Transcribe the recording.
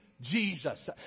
Jesus